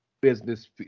business